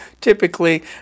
typically